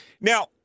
Now